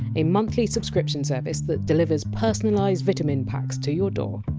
a monthly subscription service that delivers personalised vitamin packs to your door.